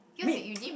meat